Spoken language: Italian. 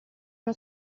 uno